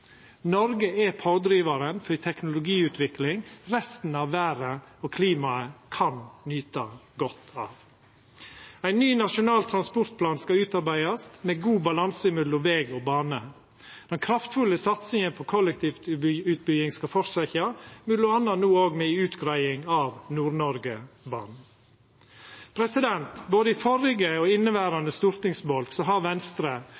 Noreg er pådrivaren for ei teknologiutvikling resten av verda og klimaet kan nyta godt av. Ein ny nasjonal transportplan skal utarbeidast, med god balanse mellom veg og bane. Den kraftfulle satsinga på kollektivutbygging skal fortsetja, no m.a. òg med ei utgreiing av Nord-Norgebanen. Både i den førre og i den inneverande stortingsbolken har Venstre,